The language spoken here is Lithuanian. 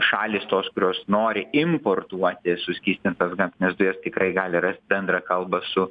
šalys tos kurios nori importuoti suskystintas gamtines dujas tikrai gali rast bendrą kalbą su